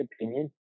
opinion